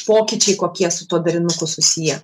pokyčiai kokie su tuo darinuku susiję